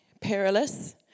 perilous